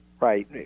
right